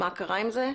מה קרה עם זה?